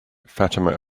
fatima